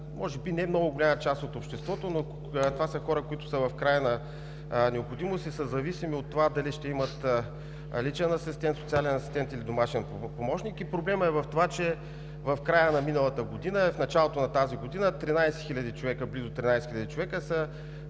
може би не много голяма част от обществото – хора, които са в крайна необходимост и са зависими от това дали ще имат личен асистент, социален асистент или домашен помощник. Проблемът е в това, че в края на миналата година и в началото на тази близо 13 хиляди човека – хора с